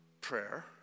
prayer